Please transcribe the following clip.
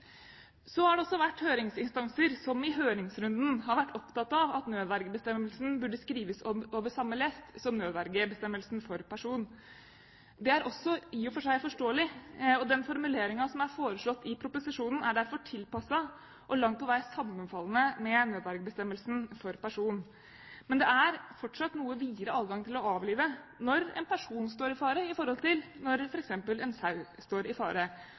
Så har det vært høringsinstanser som i høringsrunden har vært opptatt av at nødvergebestemmelsen burde skrives over samme lest som nødvergebestemmelsen for person. Det er også i og for seg forståelig, og den formuleringen som er foreslått i proposisjonen, er derfor tilpasset og langt på vei sammenfallende med nødvergebestemmelsen for person. Men det er fortsatt en noe videre adgang til å avlive når en person står i fare i forhold til når f.eks. en sau står i fare,